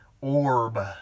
orb